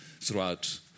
throughout